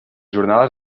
jornades